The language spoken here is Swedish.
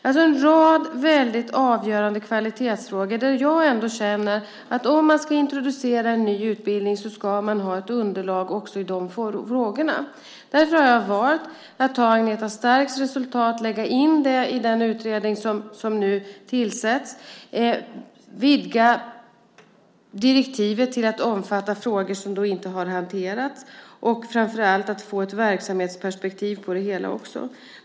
Det är en rad väldigt avgörande kvalitetsfrågor där jag känner att om man ska introducera en ny utbildning ska man ha ett underlag också i de frågorna. Därför har jag valt att ta Agneta Starks resultat och lägga in det i den utredning som nu tillsätts, vidga direktivet till att omfatta frågor som inte har hanterats och framför allt försöka få ett verksamhetsperspektiv på det hela.